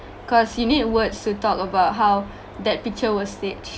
because you need words to talk about how that picture was staged